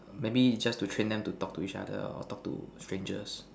maybe just to train them to talk to each other or talk to strangers